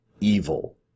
evil